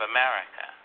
America